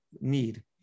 need